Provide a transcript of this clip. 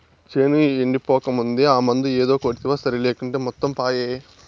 చేను ఎండిపోకముందే ఆ మందు ఏదో కొడ్తివా సరి లేకుంటే మొత్తం పాయే